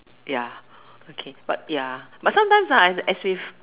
ya okay but ya but sometimes as if